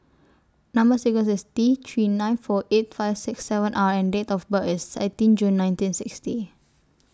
Number sequence IS T three nine four eight five six seven R and Date of birth IS eighteen June nineteen sixty